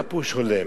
מה פירוש "הולם"?